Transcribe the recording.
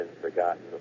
forgotten